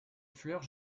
fleurs